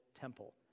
temple